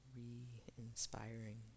re-inspiring